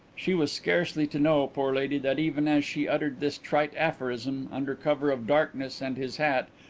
she was scarcely to know, poor lady, that even as she uttered this trite aphorism, under cover of darkness and his hat,